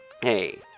hey